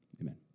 Amen